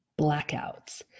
blackouts